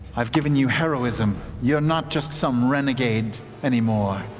i've given you heroism. you're not just some renegade anymore.